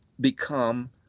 become